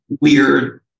weird